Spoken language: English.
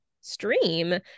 stream